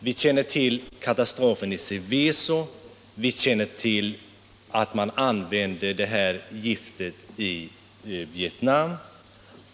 Vi känner till katastrofen i Seveso och vet också att man använt detta gift i Vietnam.